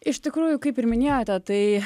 iš tikrųjų kaip ir minėjote tai